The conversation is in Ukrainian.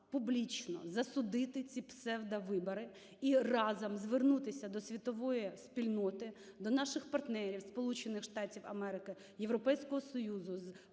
публічно засудити ці псевдовибори і разом звернутися до світової спільноти, до наших партнерів Сполучених